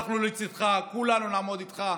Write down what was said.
אנחנו לצידך, כולנו נעמוד איתך.